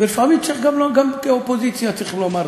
ולפעמים גם כאופוזיציה צריך לומר זאת.